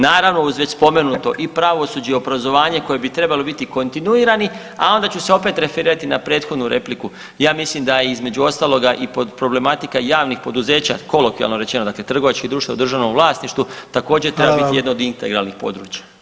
Naravno uz već spomenuto i pravosuđe i obrazovanje koje bi trebalo biti kontinuirani, a onda ću se opet referirati na prethodnu repliku, ja mislim da je između ostaloga i problematika javnih poduzeća kolokvijalno rečeno dakle trgovačkih društava u državnom vlasništvu također [[Upadica predsjednik: Hvala vam.]] treba biti jedno od integralnih područja.